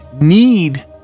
need